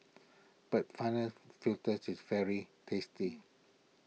but final filters is very tasty